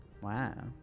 Wow